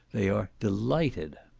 they are delighted.